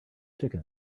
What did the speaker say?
chicken